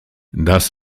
das